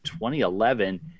2011